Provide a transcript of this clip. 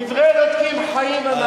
דברי אלוקים חיים אמרתי,